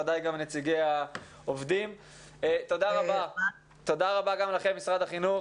וודאי גם נציגי העובדים.‏ תודה רבה גם למשרד החינוך